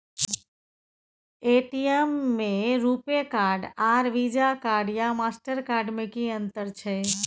ATM में RuPay card आर Visa card या मास्टर कार्ड में कि अतंर छै?